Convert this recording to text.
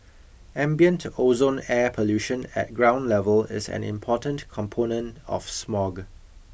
ambient ozone air pollution at ground level is an important component of smog